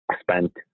spent